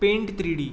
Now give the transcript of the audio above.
pant three D